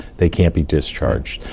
they can't be discharged.